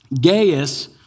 Gaius